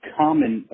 common